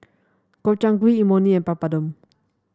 Gobchang Gui Imoni and Papadum